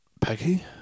Peggy